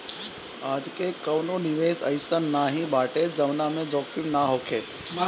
आजके कवनो निवेश अइसन नाइ बाटे जवना में जोखिम ना होखे